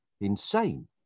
insane